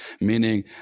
meaning